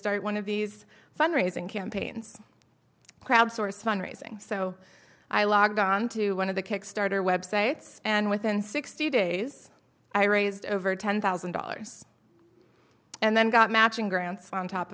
start one of these fundraising campaigns crowdsource fundraising so i log onto one of the kickstarter websites and within sixty days i raised over ten thousand dollars and then got matching grants on top